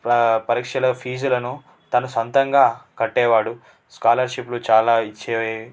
ప్రా పరీక్షల ఫీజులను తన సొంతంగా కట్టేవాడు స్కాలర్షిప్లు చాలా ఇచ్చే